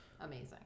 amazing